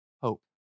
hope